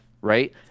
right